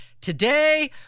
today